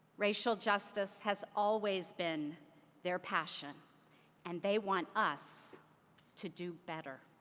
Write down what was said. racial justice has always been their passion and they want us to do better.